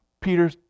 Peter